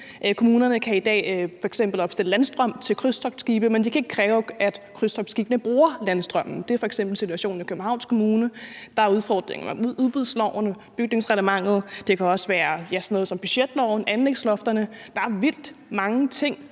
Kommunerne kan i dag f.eks. opstille landstrøm til krydstogtskibe, men de kan ikke kræve, at krydstogtskibene bruger landstrømmen. Det er f.eks. situationen i Københavns Kommune. Der er udfordringer med udbudsloven og bygningsreglementet. Det kan også være sådan noget som budgetloven og anlægslofterne. Der er vildt mange ting;